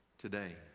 today